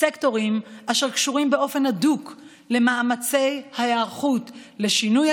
סקטורים אשר קשורים באופן הדוק למאמצי ההיערכות לשינויי